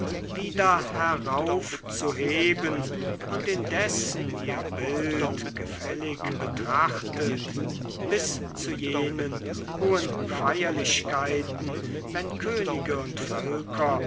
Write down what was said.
wieder heraufzuheben und indessen ihr bild gefällig betrachtet bis zu jenen hohen feierlichkeiten wenn könige und völker